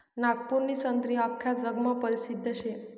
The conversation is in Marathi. नागपूरनी संत्री आख्खा जगमा परसिद्ध शे